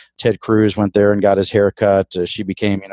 ted cruz went there and got his haircut. she became, you know,